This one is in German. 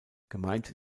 gemeint